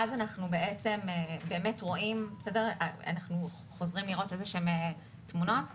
אז באמת חוזרים לראות תמונות כאלה.